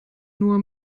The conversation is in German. nur